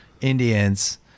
indians